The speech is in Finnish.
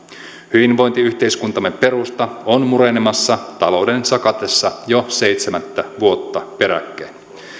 hyvinvointiyhteiskuntamme perusta on murenemassa talouden sakatessa jo seitsemättä vuotta peräkkäin